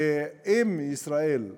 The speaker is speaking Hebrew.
ואם ממשלת